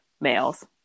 males